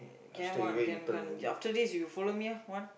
can one can can after this you follow me lah one